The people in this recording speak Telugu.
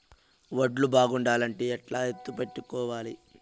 వడ్లు బాగుండాలంటే ఎట్లా ఎత్తిపెట్టుకోవాలి?